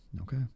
Okay